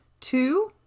Two